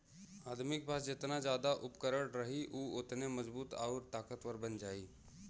आदमी के पास जेतना जादा उपकरण रही उ ओतने मजबूत आउर ताकतवर बन जाई